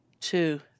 two